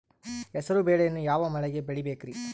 ಹೆಸರುಬೇಳೆಯನ್ನು ಯಾವ ಮಳೆಗೆ ಬೆಳಿಬೇಕ್ರಿ?